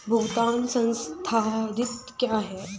भुगतान संसाधित क्या होता है?